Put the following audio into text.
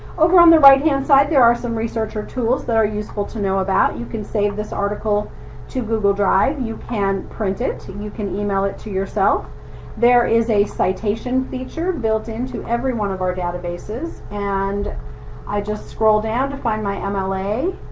over on the right-hand side there are some researcher tools that are useful to know about you can save this article to google drive you can print it, and you can email it to yourself there is a citation feature built into every one of our databases, and i just scroll down to find my um um mla